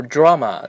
Drama